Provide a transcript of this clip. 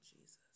Jesus